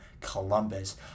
Columbus